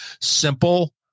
simple